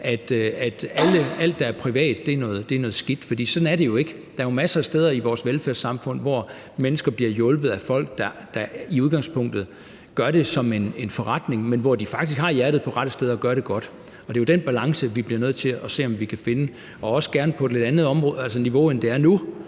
at alt, der er privat, er noget skidt, for sådan er det jo ikke. Der er jo masser af steder i vores velfærdssamfund, hvor mennesker bliver hjulpet af folk, der i udgangspunktet gør det som en forretning, men hvor de faktisk har hjertet på rette sted og gør det godt. Det er jo den balance, vi bliver nødt til at se om vi kan finde, og også gerne på et lidt andet niveau, end det er nu.